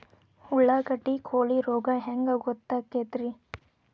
ಉಳ್ಳಾಗಡ್ಡಿ ಕೋಳಿ ರೋಗ ಹ್ಯಾಂಗ್ ಗೊತ್ತಕ್ಕೆತ್ರೇ?